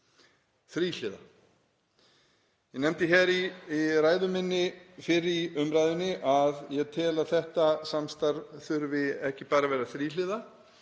Þríhliða. Ég nefndi í ræðu minni fyrr í umræðunni að ég tel að þetta samstarf þurfi ekki bara að vera þríhliða.